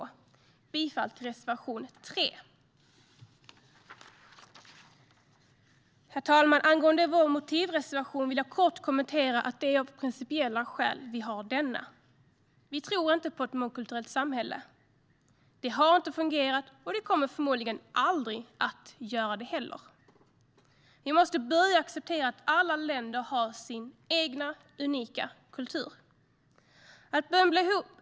Jag yrkar bifall till reservation 3. Herr talman! Angående vår motivreservation vill jag kort kommentera att det är av principiella skäl vi har denna. Vi tror inte på ett mångkulturellt samhälle. Det har inte fungerat, och det kommer förmodligen aldrig att göra det heller. Vi måste börja acceptera att alla länder har sin egen unika kultur.